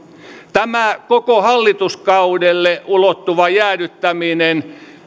tämä koko hallituskaudelle ulottuva jäädyttäminen